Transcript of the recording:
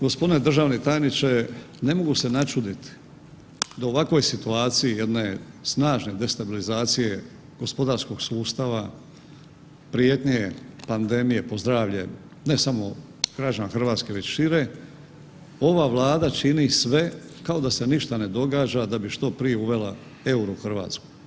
Gospodine državni tajniče ne mogu se načuditi da u ovakvoj situaciji jedne snažne destabilizacije gospodarskog sustava prijetnje pandemije po zdravlje ne samo građana Hrvatske već šire ova Vlada čini sve kao da se ništa ne događa da bi što prije uvela euro u Hrvatskoj.